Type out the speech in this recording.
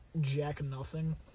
jack-nothing